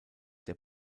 der